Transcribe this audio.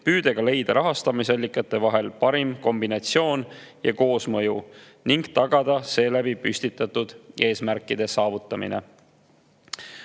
püüdes leida rahastamisallikate parimat kombinatsiooni ja koosmõju, et tagada seeläbi püstitatud eesmärkide saavutamine.